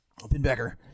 Pinbacker